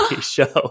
Show